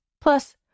Plus